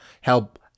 help